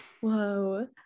Whoa